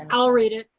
and i'll read it.